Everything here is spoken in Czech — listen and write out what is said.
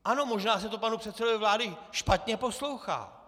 Ano, možná se to panu předsedovi vlády špatně poslouchá.